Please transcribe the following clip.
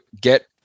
get